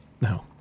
No